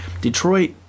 Detroit